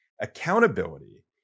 Accountability